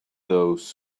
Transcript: those